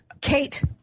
Kate